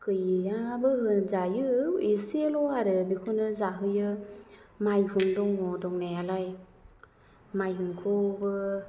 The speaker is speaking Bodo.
गैयाबो होनजायो एसेल' आरो बेखौनो जाहोयो मायहुं दङ दंनायालाय